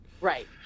right